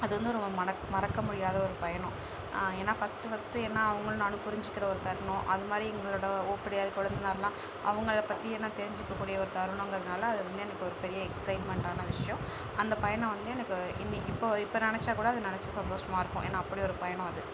அதுவந்து ஒரு மணக்க மறக்க முடியாத ஒரு பயணம் ஏன்னா ஃபர்ஸ்ட் ஃபர்ஸ்ட் ஏன்னா அவங்களும் நானும் புரிஞ்சிக்கிற ஒரு தருணம் அதுமாதிரி இவங்களோட ஓப்டியார் கொழுந்தனார்லாம் அவங்கள பற்றி ஏன்னா தெரிஞ்சிக்ககூடிய ஒரு தருணங்கறதனால அதுவந்து எனக்கு ஒரு பெரிய எக்ஸைட்மென்டான விஷயம் அந்த பயணம் வந்து எனக்கு இன்னைக்கு இப்போ இப்போ நினைச்சா கூட அதை நினைச்சி சந்தோஷமாக இருக்கும் ஏன்னா அப்படி ஒரு பயணம் அது